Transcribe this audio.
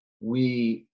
We